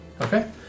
Okay